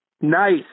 Nice